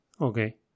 Okay